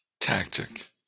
tactic